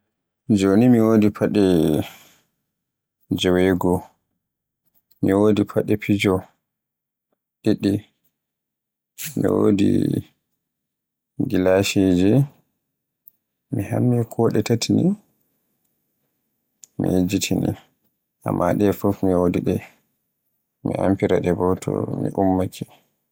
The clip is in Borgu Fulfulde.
Joni mi wodi faɗe jewegoo, mi wodi faɗe fijo ɗiɗi, mi wodi gilashije, mi hammi ko ɗe tati, mi yejjiti ni, amma ɗe fuf mi wodi ɗe, mi amfira ɗe bo to mi ummaake.